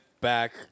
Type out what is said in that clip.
back